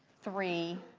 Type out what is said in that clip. three,